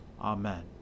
Amen